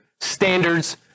standards